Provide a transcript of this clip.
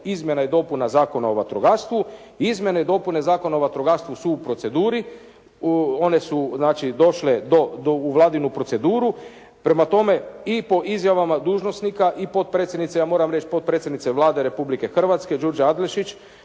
izmjena i dopuna Zakona o vatrogastvu. Izmjene i dopune Zakona o vatrogastvu su u proceduri. One su znači došle u Vladinu proceduru, prema tome i po izjavama dužnosnika i potpredsjednici ja moram reći, potpredsjednice Vlade Republike Hrvatske Đurđe Adlešič